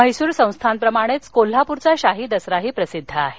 म्हैसूर संस्थानप्रमाणेच कोल्हाप्रचा शाही दसराही प्रसिद्ध आहे